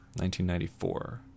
1994